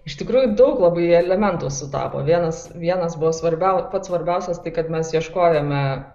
iš tikrųjų daug labai elementų sutapo vienas vienas buvo svarbiau pats svarbiausias tai kad mes ieškojome